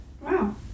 Wow